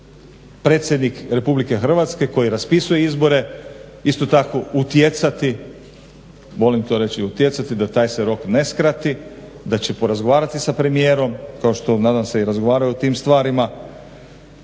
da će predsjednik RH koji raspisuje izbore isto tako utjecati, volim to reći utjecati, da taj se rok ne skrati, da će porazgovarati sa premijerom, kao što nadam se i razgovara o tim stvarima.